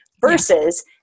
versus